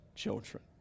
children